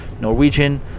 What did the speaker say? Norwegian